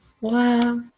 wow